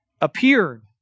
appeared